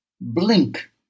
Blink